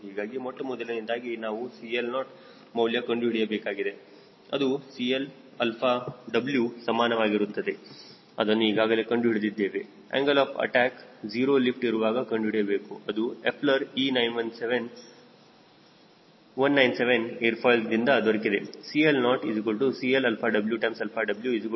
ಹೀಗಾಗಿ ಮೊಟ್ಟಮೊದಲನೆಯದಾಗಿ ನಾವು CL0 ಮೌಲ್ಯ ಕಂಡುಹಿಡಿಯಬೇಕಾಗಿದೆ ಅದು 𝐶Lαw ಸಮಾನವಾಗಿರುತ್ತದೆ ಅದನ್ನು ಈಗಾಗಲೇ ಕಂಡುಹಿಡಿದಿದ್ದೇವೆ ಏನ್ಗಲ್ ಆಫ್ ಅಟ್ಯಾಕ್ 0 ಲಿಫ್ಟ್ ಇರುವಾಗ ಕಂಡುಹಿಡಿಯಬೇಕು ಅದು ಎಫ್ಲರ್ E197 ಏರ್ ಫಾಯ್ಲ್ದಿಂದ ದೊರಕಿದೆ CL0CLww4